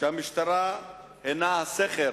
שהמשטרה היא הסכר